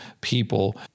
people